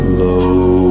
low